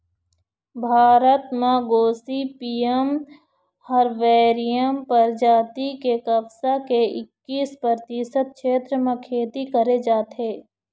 भारत म गोसिपीयम हरबैसियम परजाति के कपसा के एक्कीस परतिसत छेत्र म खेती करे जाथे